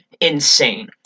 insane